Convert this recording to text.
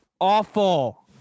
Awful